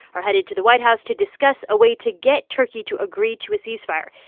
are headed to the white house to discuss a way to get turkey to agree to a cease-fire.